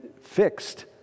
fixed